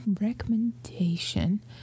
recommendation